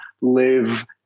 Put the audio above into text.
live